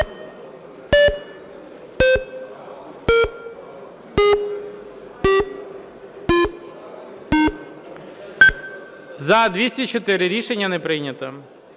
За-104 Рішення не прийнято.